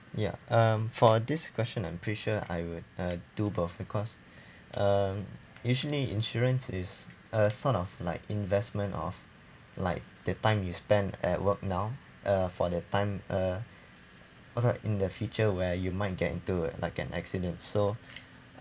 ya um for this question I'm pretty sure I would uh do both of because uh usually insurance is uh sort of like investment of like the time you spend at work now uh for the time uh cause like in the future where you might get into a like an accident so